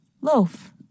Loaf